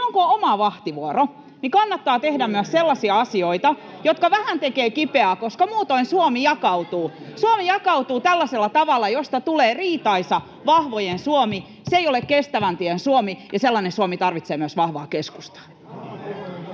on oma vahtivuoro, niin kannattaa tehdä myös sellaisia asioita, jotka vähän tekevät kipeää, koska muutoin Suomi jakautuu, [Vastauspuheenvuoropyyntöjä vasemmalta] Suomi jakautuu tällaisella tavalla, josta tulee riitaisa, vahvojen Suomi. Se ei ole kestävän tien Suomi, ja sellainen Suomi tarvitsee myös vahvaa keskustaa.